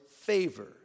favor